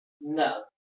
No